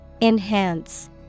Enhance